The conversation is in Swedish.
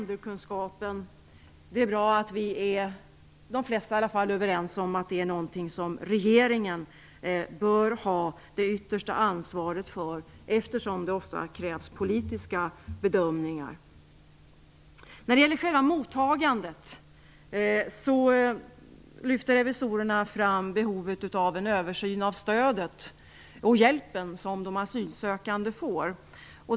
Det är bra att vi är överens om att länderkunskap är någonting som regeringen bör ha det yttersta ansvaret för, eftersom det ofta krävs politiska bedömningar. När det gäller själva mottagandet lyfter revisorerna fram behovet av en översyn av det stöd och den hjälp som de asylsökande får.